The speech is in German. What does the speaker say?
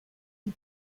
die